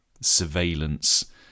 surveillance